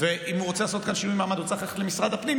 אם הוא רוצה לעשות כאן שינוי מעמד הוא צריך ללכת למשרד הפנים,